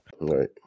Right